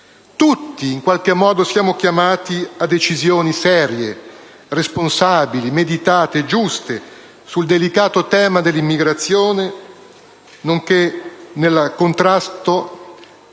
Tutti siamo chiamati a decisioni serie, responsabili, meditate e giuste sul delicato tema dell'immigrazione, nonché a contrastare